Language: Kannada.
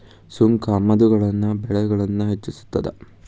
ಸುಂಕ ಆಮದುಗಳ ಬೆಲೆಗಳನ್ನ ಹೆಚ್ಚಿಸ್ತದ